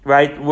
Right